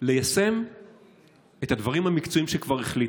ליישם את הדברים המקצועיים שכבר החליטו.